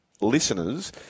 listeners